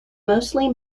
mostly